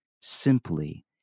simply